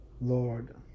Lord